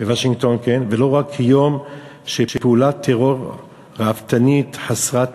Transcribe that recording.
ולא רק יום של פעולת טרור ראוותנית חסרת תקדים,